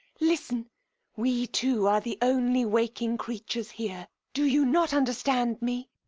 listen we two are the only waking creatures here. do you not understand me?